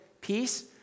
peace